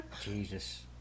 Jesus